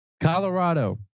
Colorado